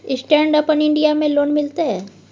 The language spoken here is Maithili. स्टैंड अपन इन्डिया में लोन मिलते?